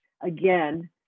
again